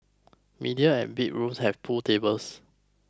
medium and big rooms have pool tables